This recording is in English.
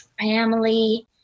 family